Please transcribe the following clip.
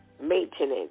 maintenance